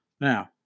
Now